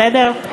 בסדר?